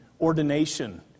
ordination